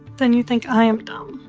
then you think i am dumb,